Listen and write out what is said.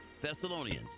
Thessalonians